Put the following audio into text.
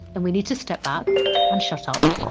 and we need to step back and shut up,